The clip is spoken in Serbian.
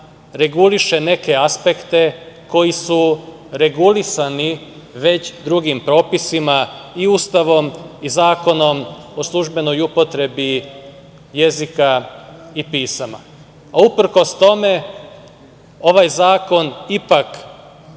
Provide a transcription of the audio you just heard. reguliše neke aspekte koji su regulisani već drugim propisima i Ustavom i Zakonom o službenoj upotrebi jezika i pisama. Uprkos tome, ovaj zakon ipak